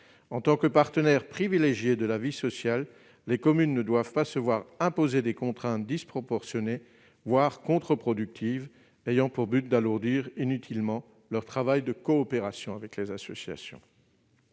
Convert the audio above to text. En tant que partenaires privilégiées de la vie sociale, les communes ne doivent pas se voir imposer des contraintes disproportionnées, voire contreproductives, ayant pour conséquence d'alourdir inutilement leur travail de coopération avec les associations.